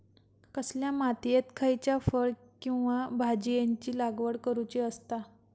कसल्या मातीयेत खयच्या फळ किंवा भाजीयेंची लागवड करुची असता?